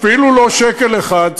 אפילו לא שקל אחד,